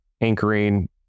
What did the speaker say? anchoring